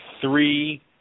three